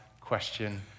question